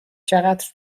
چقدر